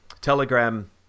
telegram